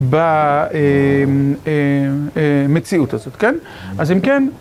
במציאות הזאת, כן. אז אם כן...